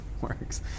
works